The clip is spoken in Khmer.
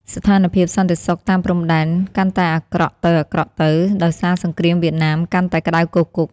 ស្ថានភាពសន្តិសុខតាមព្រំដែនកាន់តែអាក្រក់ទៅៗ ដោយសារសង្គ្រាមវៀតណាមកាន់តែក្តៅគគុក។